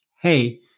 Hey